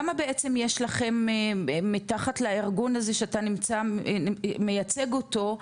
כמה בעצם יש לכם מתחת לארגון הזה שאתה מייצג אותו,